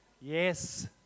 Yes